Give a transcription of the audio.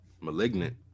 Malignant